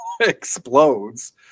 explodes